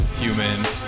humans